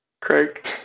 craig